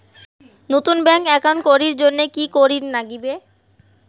নতুন bank account করির জন্যে কি করিব নাগিবে?